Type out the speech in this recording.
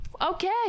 okay